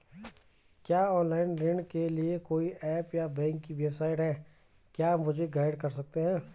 क्या ऑनलाइन ऋण के लिए कोई ऐप या बैंक की वेबसाइट है क्या आप मुझे गाइड कर सकते हैं?